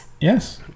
Yes